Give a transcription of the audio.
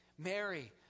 Mary